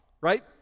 Right